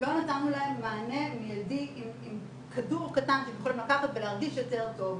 לא נתנו להם מענה מיידי עם כדור קטן שהם יכולים לקחת ולהרגיש יותר טוב.